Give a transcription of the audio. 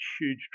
huge